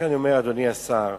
לכן, אדוני השר,